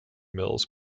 mills